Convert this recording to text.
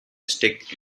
stick